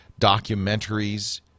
documentaries